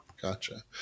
Gotcha